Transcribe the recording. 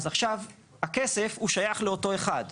עכשיו הכסף שייך לאותו אחד.